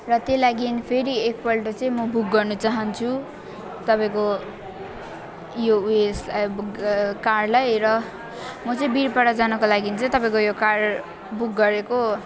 र त्यही लागि फेरि एकपल्ट चाहिँ म बुक गर्न चाहन्छु तपाईँको यो ऊ यसलाई बुक कारलाई र म चाहिँ बिरपाडा जानको लागि चाहिँ तपाईँको यो कार बुक गरेको